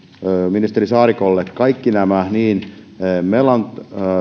ministeri saarikolle kaikki niin melan välitä viljelijästä